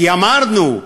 כי אמרנו,